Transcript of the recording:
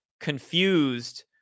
confused